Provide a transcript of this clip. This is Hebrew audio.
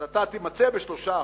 אז אתה תימצא ב-3%,